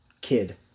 kid